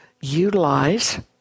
utilize